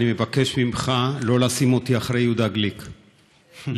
אני מבקש ממך שלא לשים אותי אחרי יהודה גליק לעולם,